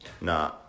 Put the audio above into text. Nah